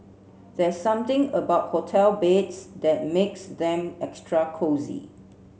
there's something about hotel beds that makes them extra cosy